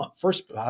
First